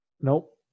Nope